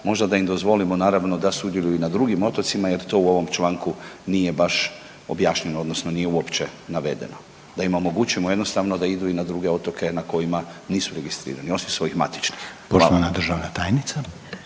možda da im dozvolimo naravno da sudjeluju i na drugim otocima jer to u ovom članku nije baš objašnjeno odnosno nije uopće navedeno da im omogućimo jednostavno da idu i na druge otoke na kojima nisu registrirani osim svojih matičnih. **Reiner, Željko